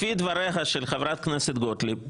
לפי דבריה של חברת הכנסת גוטליב,